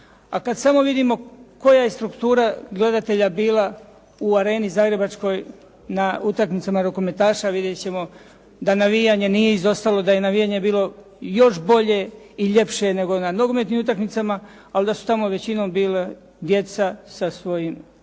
A kada samo vidimo koja je struktura gledatelja bila u Areni zagrebačkoj na utakmicama rukometaša vidjeti ćemo da navijanje nije izostalo, da je navijanje bilo još bolje i ljepše nego na nogometnim utakmicama ali da su tamo većinom bila djeca sa svojim